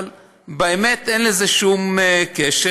אבל באמת אין לזה שום קשר.